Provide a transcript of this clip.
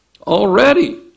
Already